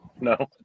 No